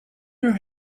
your